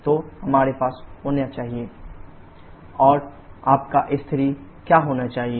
तो हमारे पास होना चाहिए s2s3 और आपका s3 क्या होना चाहिए